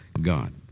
God